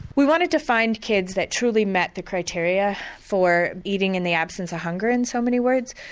we wanted to find kids that truly met the criteria for eating in the absence of hunger in so many words.